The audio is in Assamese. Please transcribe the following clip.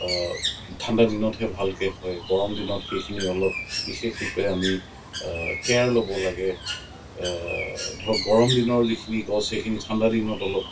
ঠাণ্ডা দিনতহে ভালকৈ হয় গৰম দিনত সেইখিনি অলপ বিশেষৰূপে আমি কেয়াৰ ল'ব লাগে ধৰ গৰম দিনৰ যিখিনি গছ সেইখিনি ঠাণ্ডা দিনত অলপ